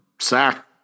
sack